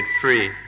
free